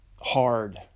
hard